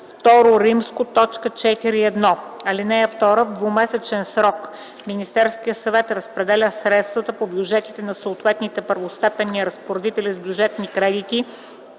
т. 4.1. (2) В двуседмичен срок Министерският съвет разпределя средствата по бюджетите на съответните първостепенни разпоредители с бюджетни кредити